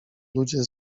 ludzie